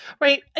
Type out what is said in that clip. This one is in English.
Right